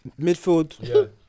midfield